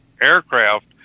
aircraft